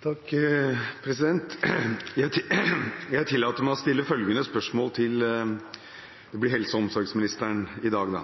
Jeg tillater meg å stille følgende spørsmål til helse- og omsorgsministeren, som det ble i dag da: